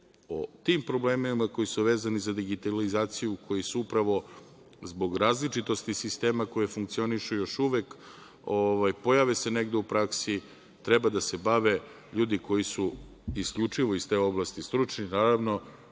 o tim problemima koji su vezani za digitalizaciju, koji su upravo zbog različitosti sistema, koji funkcionišu još uvek, pojave se negde u praksi, treba da se bave ljudi koji su isključivo iz te oblasti stručni, naravno,